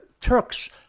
Turks